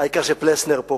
העיקר שפלסנר פה.